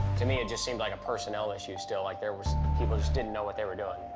to me it just seemed like a personnel issue still. like there was people just didn't know what they were doing.